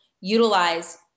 utilize